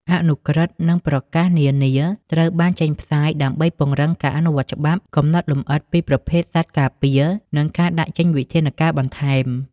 អនុក្រឹត្យ និងប្រកាសនានា ត្រូវបានចេញផ្សាយដើម្បីពង្រឹងការអនុវត្តច្បាប់ កំណត់លម្អិតពីប្រភេទសត្វការពារ និងដាក់ចេញវិធានការបន្ថែម។